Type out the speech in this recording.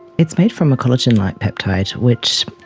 it's made from a collagen like peptide which,